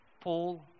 Paul